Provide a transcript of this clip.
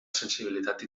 sensibilitat